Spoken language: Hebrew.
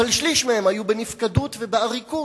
אבל שליש מהם היו בנפקדות ובעריקות,